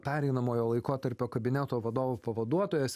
pereinamojo laikotarpio kabineto vadovo pavaduotojas